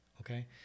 okay